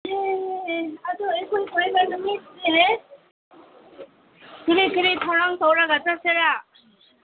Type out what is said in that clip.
ꯑꯗꯨ ꯑꯩꯈꯣꯏ ꯀꯣꯏꯕ ꯅꯨꯃꯤꯠꯁꯤ ꯀꯔꯤ ꯀꯔꯤ ꯊꯧꯔꯥꯡ ꯇꯧꯔꯒ ꯆꯠꯁꯤꯔꯥ